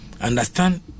Understand